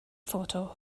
photo